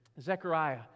Zechariah